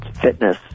fitness